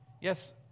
Yes